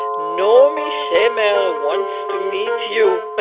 naomi shemer wants to meet you.